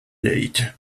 late